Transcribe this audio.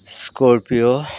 scorpio